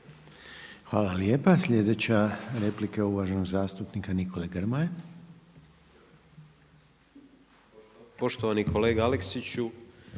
Hvala lijepa. Slijedeća replika uvaženog zastupnika Nikole Grmoje. **Grmoja, Nikola (MOST)**